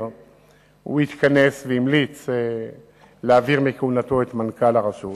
התכנס והמליץ להעביר מכהונתו את מנכ"ל הרשות.